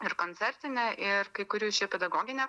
ir koncertinė ir kai kurių iš jų pedagoginė